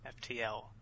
FTL